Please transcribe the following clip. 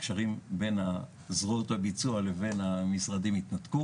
הקשרים בין זרועות הביצוע לבין המשרדים התנתקו